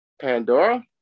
Pandora